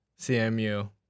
CMU